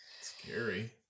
Scary